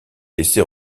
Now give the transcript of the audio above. laisser